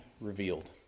revealed